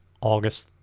August